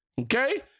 Okay